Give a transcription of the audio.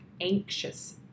anxious